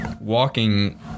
walking